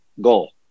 goal